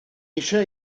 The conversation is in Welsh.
eisiau